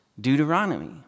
Deuteronomy